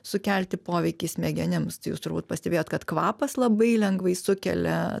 sukelti poveikį smegenims tai jūs turbūt pastebėjot kad kvapas labai lengvai sukelia